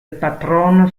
patrono